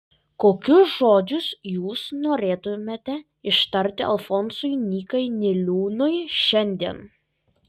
kokius žodžius jūs norėtumėte ištarti alfonsui nykai niliūnui šiandien